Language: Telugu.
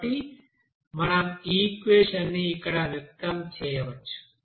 కాబట్టి మనం ఈ ఈక్వెషన్ ని ఇక్కడ వ్యక్తం చేయవచ్చు